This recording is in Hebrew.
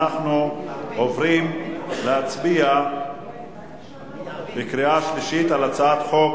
אנחנו עוברים להצביע בקריאה שלישית על הצעת חוק